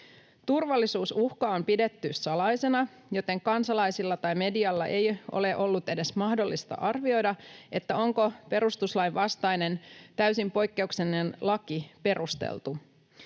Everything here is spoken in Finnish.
Turvallisuusuhka on pidetty salaisena, joten kansalaisilla tai medialla ei ole ollut edes mahdollista arvioida, onko perustuslain vastainen, täysin poikkeuksellinen laki perusteltu,